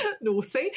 naughty